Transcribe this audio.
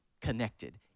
connected